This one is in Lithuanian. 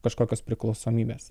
kažkokios priklausomybės